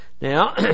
Now